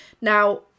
Now